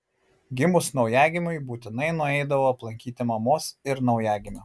gimus naujagimiui būtinai nueidavo aplankyti mamos ir naujagimio